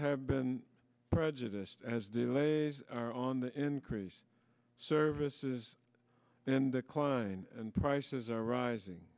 have been prejudiced as delays are on the increase services in the cline and prices are rising